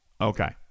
Okay